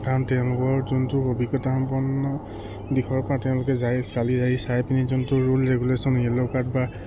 কাৰণ তেওঁলোকৰ যোনটো অভিজ্ঞতা সম্পন্ন দিশৰ পৰা তেওঁলোকে যায় চালি জাৰি চাই পিনি যোনটো ৰুল ৰেগুলেশ্যন য়েল' কাৰ্ড বা